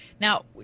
Now